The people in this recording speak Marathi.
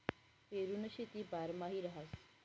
पेरुनी शेती बारमाही रहास